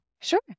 Sure